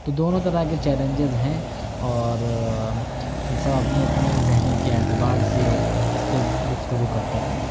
تو دونوں طرح کے چیلنجیز ہیں اور سب اپنی اپنی ذہنیت کے اعتبار سے اس پہ گفتگو کرتے ہیں